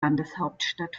landeshauptstadt